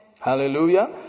Hallelujah